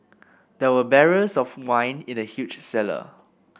there were barrels of wine in the huge cellar